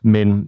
Men